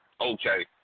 Okay